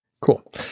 cool